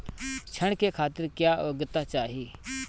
ऋण के खातिर क्या योग्यता चाहीं?